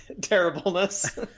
terribleness